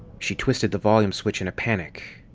she twisted the volume switch in a panic.